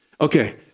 Okay